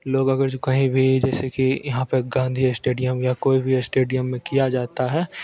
लोग अगर जो कहीं भी जैसे कि यहाँ पर गाँधी स्टेडियम या कोई भी अस्टेडियम में किया जाता है